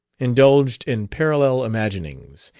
indulged in parallel imaginings.